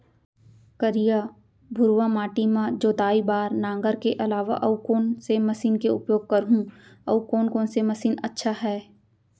करिया, भुरवा माटी म जोताई बार नांगर के अलावा अऊ कोन से मशीन के उपयोग करहुं अऊ कोन कोन से मशीन अच्छा है?